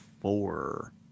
four